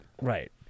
Right